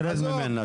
תרד ממנה.